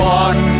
one